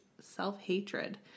self-hatred